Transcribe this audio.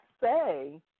say